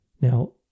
Now